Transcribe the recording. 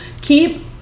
keep